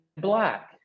black